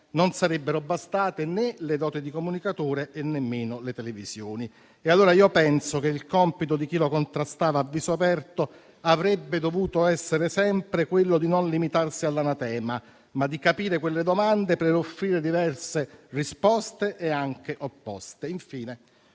non sarebbero bastate le doti di comunicatore e nemmeno le televisioni. Penso allora che il compito di chi lo contrastava a viso aperto avrebbe dovuto essere sempre quello di non limitarsi all'anatema, ma di capire quelle domande per offrire diverse risposte, anche opposte.